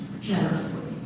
generously